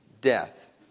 death